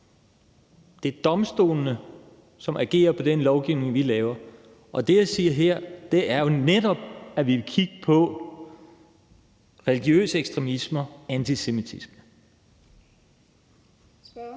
det er domstolene, som agerer efter den lovgivning, vi laver. Og det, jeg siger her, er jo netop, at vi vil kigge på religiøs ekstremisme og antisemitisme. Kl.